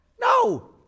No